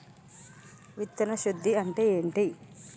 విత్తన శుద్ధి అంటే ఏంటి?